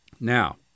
Now